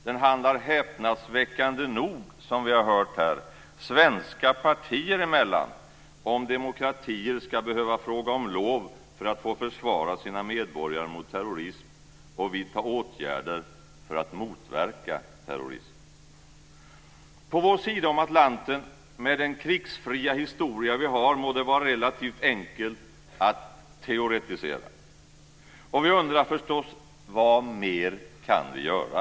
Den handlar svenska partier emellan häpnadsväckande nog, som vi har hört här, om demokratier ska behöva fråga om lov för att få försvara sina medborgare mot terrorism och vidta åtgärder för att motverka terrorism. På vår sida om Atlanten, med den krigsfria historia vi har, må det vara relativt enkelt att teoretisera. Vi undrar förstås: Vad mer kan vi göra?